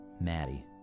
Maddie